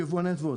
יבואני תבואות.